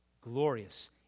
Glorious